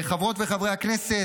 חברות וחברי הכנסת,